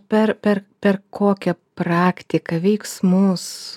per per per kokią praktiką veiksmus